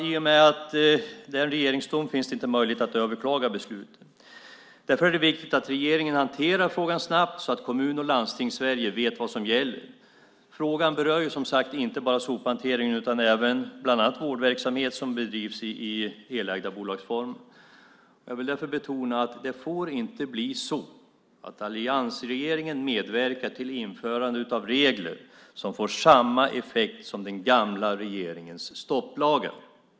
I och med att det är en regeringsdom finns inte möjlighet att överklaga beslutet. Därför är det viktigt att regeringen hanterar frågan snabbt, så att Kommun och landstings-Sverige vet vad som gäller. Frågan berör som sagt inte bara sophanteringen, utan även bland annat vårdverksamhet som bedrivs i helägda bolagsformer. Jag vill därför betona att det inte får bli så att alliansregeringen medverkar till införande av regler som får samma effekt som den gamla regeringens stopplagar.